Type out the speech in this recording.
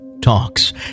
Talks